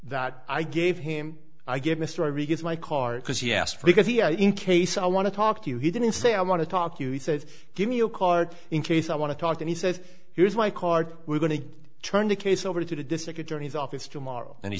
that i gave him i gave mr regas my card because he asked because here in case i want to talk to you he didn't say i want to talk you he says give me a card in case i want to talk and he says here's my card we're going to turn the case over to the district attorney's office tomorrow and he